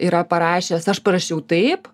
yra parašęs aš parašiau taip